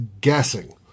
guessing